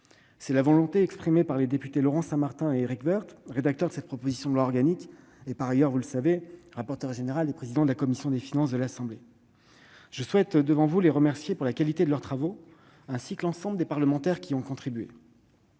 C'est la volonté exprimée par les députés Laurent Saint-Martin et Éric Woerth, auteurs de cette proposition de loi organique et, par ailleurs, respectivement rapporteur général et président de la commission des finances de l'Assemblée nationale. Je tiens à les remercier devant vous pour la qualité de leurs travaux, et remercier l'ensemble des parlementaires qui y ont contribué.